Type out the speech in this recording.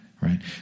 Right